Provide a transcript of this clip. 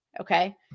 okay